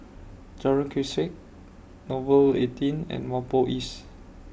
Jalan Grisek Nouvel eighteen and Whampoa East